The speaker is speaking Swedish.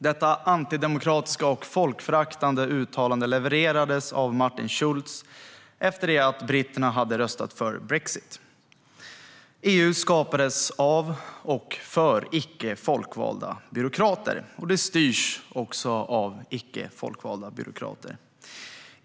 Detta antidemokratiska och folkföraktande uttalande levererades av Martin Schulz efter att britterna hade röstat för brexit. EU skapades av och för icke folkvalda byråkrater, och det styrs också av icke folkvalda byråkrater.